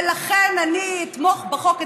ולכן אני אתמוך בחוק,